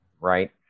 right